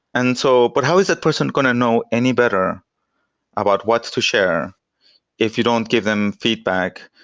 and so but how is that person going to know any better about what to share if you don't give them feedback?